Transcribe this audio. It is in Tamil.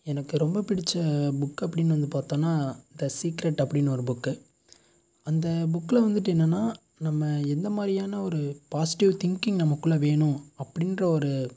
எனக்கு ரொம்ப பிடித்த புக் அப்படினு வந்து பார்த்தோன த சீக்ரெட் அப்படினு ஒரு புக்கு அந்த புக்கில் வந்துட்டு என்னென்னா நம்ம எந்த மாதிரியான ஒரு பாசிட்டிவ் திங்கிங் நமக்குள்ளே வேணும் அப்படின்ற ஒரு